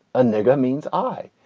a nigga means i.